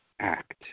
act